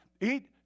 eat